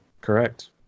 Correct